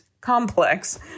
complex